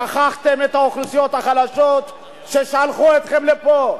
שכחתם את האוכלוסיות החלשות ששלחו אתכם לפה.